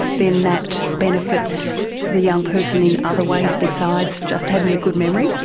then that benefits the young person in other ways besides just having a good memory?